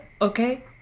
okay